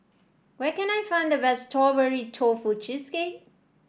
where can I find the best Strawberry Tofu Cheesecake